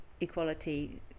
equality